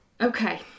Okay